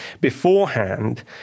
beforehand